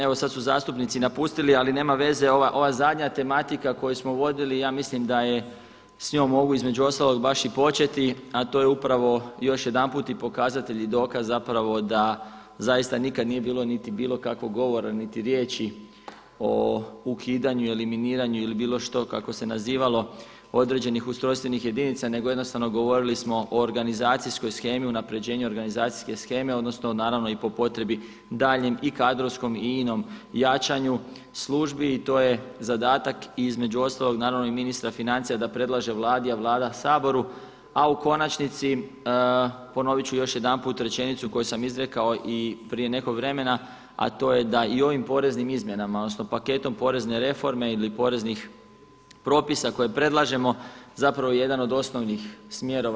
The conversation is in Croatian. Evo sad su zastupnici napustili, ali nema veze ova zadnja tematika koju smo vodili, ja mislim da je, s njom mogu između ostalog baš i početi, a to je upravo još jedanput i pokazatelj i dokaz zapravo da zaista nikad nije bilo niti bilo kakvog govora niti riječi o ukidanju ili miniranju ili bilo što kako se nazivalo, određenih ustrojstvenih jedinica, nego jednostavno govorili smo o organizacijskoj shemi, unapređenju organizacijske sheme, odnosno naravno i po potrebi daljnjem i kadrovskom i inom jačanju službi i to je zadatak i između ostalog naravno i ministra financija da predlaže Vladi, a Vlada Saboru, a u konačnici ponovit ću još jedanput rečenicu koju sam izrekao i prije nekog vremena, a to je da i ovim poreznim izmjenama odnosno paketom porezne reforme ili poreznih propisa koje predlažemo, zapravo je jedan od osnovnih smjerova.